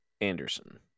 Anderson